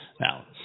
Now